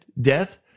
death